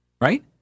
right